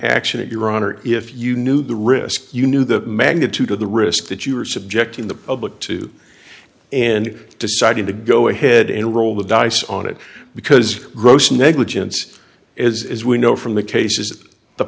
accident your honor if you knew the risk you knew the magnitude of the risk that you were subjecting the public to and decided to go ahead and roll the dice on it because gross negligence is we know from the cases the